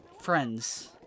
friends